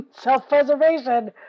self-preservation